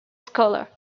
scholar